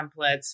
templates